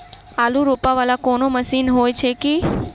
आलु रोपा वला कोनो मशीन हो छैय की?